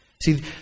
See